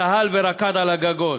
צהל ורקד על הגגות.